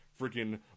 freaking